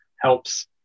helps